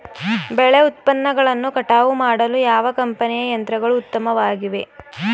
ಬೆಳೆ ಉತ್ಪನ್ನಗಳನ್ನು ಕಟಾವು ಮಾಡಲು ಯಾವ ಕಂಪನಿಯ ಯಂತ್ರಗಳು ಉತ್ತಮವಾಗಿವೆ?